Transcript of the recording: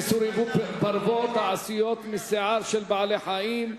איסור ייבוא פרוות העשויות משיער של בעל-חיים),